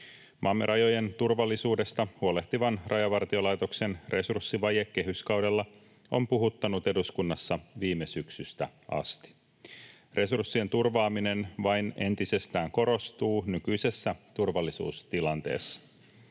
Maamme rajojen turvallisuudesta huolehtivan Rajavartiolaitoksen resurssivaje kehyskaudella on puhuttanut eduskunnassa viime syksystä asti. Resurssien turvaaminen vain entisestään korostuu nykyisessä turvallisuustilanteessa.